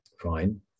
fine